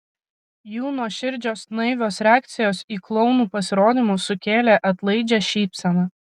jų nuoširdžios naivios reakcijos į klounų pasirodymus sukėlė atlaidžią šypseną